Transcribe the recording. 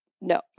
no